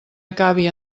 acabi